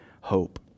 hope